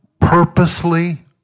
purposely